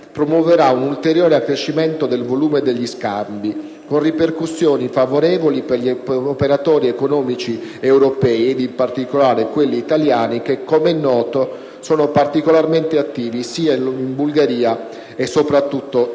e dei capitali promuoverà un ulteriore accrescimento del volume degli scambi, con ripercussioni favorevoli per gli operatori economici europei, in particolare quelli italiani che, come è noto, sono particolarmente attivi in Bulgaria e soprattutto in Romania.